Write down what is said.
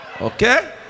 okay